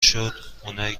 شد، اونایی